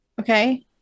Okay